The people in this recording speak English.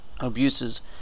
Abuses